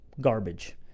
garbage